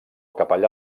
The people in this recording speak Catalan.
capellà